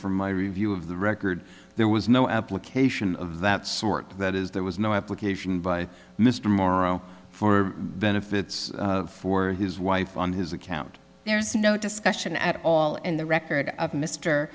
from my review of the record there was no application of that sort that is there was no application by mr morrow for benefits for his wife on his account there's no discussion at all in the record of mr